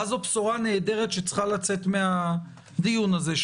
ואז זו בשורה נהדרת שצריכה לצאת מהדיון הזה,